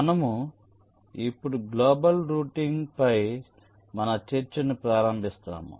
మనము ఇప్పుడు global routing పై మన చర్చను ప్రారంభిస్తాము